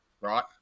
right